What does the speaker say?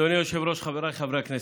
אדוני היושב-ראש, חבריי חברי הכנסת,